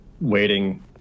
waiting